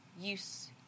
use